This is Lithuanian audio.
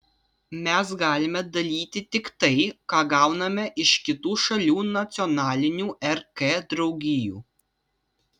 mes galime dalyti tik tai ką gauname iš kitų šalių nacionalinių rk draugijų